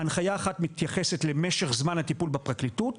הנחייה אחת מתייחסת למשך זמן הטיפול בפרקליטות,